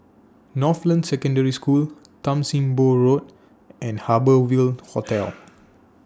Northland Secondary School Tan SIM Boh Road and Harbour Ville Hotel